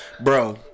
Bro